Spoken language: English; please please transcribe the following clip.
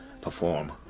perform